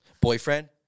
Boyfriend